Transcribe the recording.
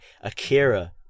Akira